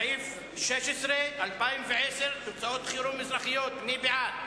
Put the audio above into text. סעיף 15, משרד הביטחון, לשנת 2009, נתקבל.